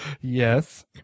Yes